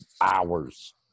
hours